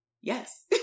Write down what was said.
Yes